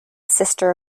sister